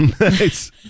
Nice